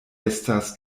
estas